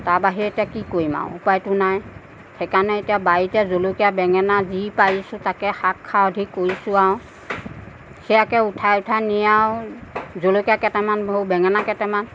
তাৰ বাহিৰে এতিয়া কি কৰিম আৰু উপায়টো নাই সেই কাৰণে এতিয়া বাৰীতে জলকীয়া বেঙেনা যি পাৰিছোঁ তাকে শাক খাৰ অধিক কৰিছোঁ আৰু সেয়াকে উঠাই উঠাই নি আৰু জলকীয়া কেইটামান সেই বেঙেনা কেইটামান